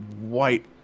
white